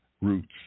Roots